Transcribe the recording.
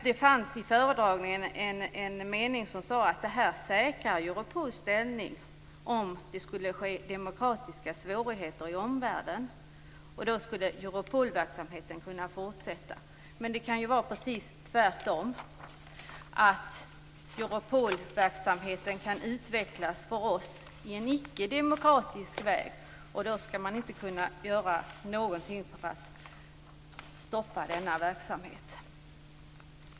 Det framkom i föredragningen en mening som sade att detta säkrar Europols ställning om det skulle ske demokratiska svårigheter i omvärlden. Då skulle Europolverksamheten kunna fortsätta. Men det skulle kunna vara precis tvärtom, dvs. att Europolverksamheten kan utvecklas i en för oss icke-demokratisk väg, och då skulle man inte kunna göra något för att stoppa denna verksamhet.